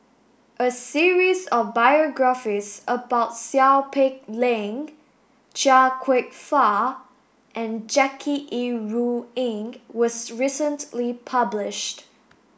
a series of biographies about Seow Peck Leng Chia Kwek Fah and Jackie Yi Ru Ying was recently published